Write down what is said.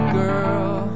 girl